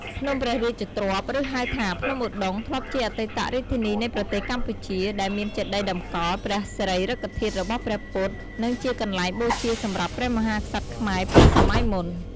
ភ្នំព្រះរាជទ្រព្យ ឬហៅថា ភ្នំឧដុង្គធ្លាប់ជាអតីតរាជធានីនៃប្រទេសកម្ពុជា ដែលមានចេតិយតម្កល់ព្រះសារីរិកធាតុរបស់ព្រះពុទ្ធ និងជាកន្លែងបូជាសម្រាប់ព្រះមហាក្សត្រខ្មែរពីសម័យមុន។